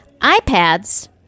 iPads